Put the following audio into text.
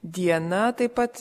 diena taip pat